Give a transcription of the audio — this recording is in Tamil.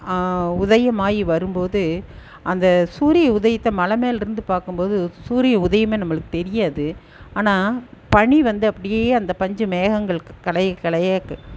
உதயமாகி வரும்போது அந்த சூரிய உதயத்தை மலை மேல்லிருந்து பார்க்கும்போது சூரிய உதயமே நம்மளுக்கு தெரியாது ஆனால் பனி வந்து அப்படியே அந்த பஞ்சு மேகங்கள்க்கு கலைய கலையக்